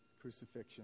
crucifixion